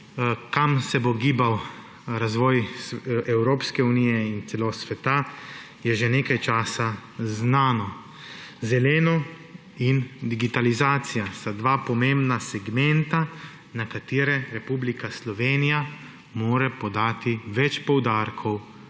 Kam se bo gibal razvoj Evropske unije in celo sveta, je že nekaj časa znano. Zeleno in digitalizacija sta dva pomembna segmenta, na katera mora Republika Slovenija dati več poudarkov,